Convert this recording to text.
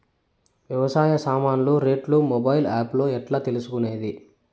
వ్యవసాయ సామాన్లు రేట్లు మొబైల్ ఆప్ లో ఎట్లా తెలుసుకునేది?